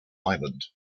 island